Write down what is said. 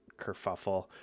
kerfuffle